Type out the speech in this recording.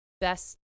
best